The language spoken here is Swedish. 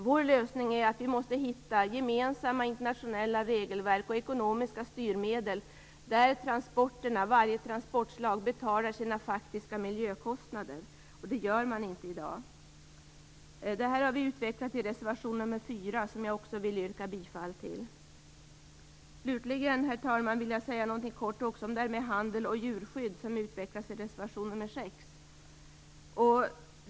Vår lösning är att vi måste hitta gemensamma internationella regelverk och ekonomiska styrmedel där varje transportslag betalar sina faktiska miljökostnader. Det gör man inte i dag. Det här har vi utvecklat i reservation nr 4, som jag också vill yrka bifall till. Slutligen, herr talman, vill jag säga någonting kort också om handel och djurskydd, vilket utvecklas i reservation nr 6.